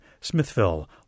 Smithville